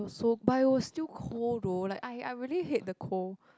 so but it was still cold though like I I really hate the cold